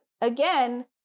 again